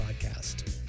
podcast